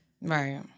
Right